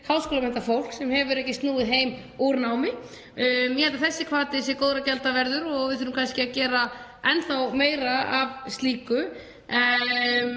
háskólamenntað fólk sem hefur ekki snúið heim úr námi. Ég tel að þessi hvati sé góðra gjalda verður og við þurfum kannski að gera enn meira af slíku.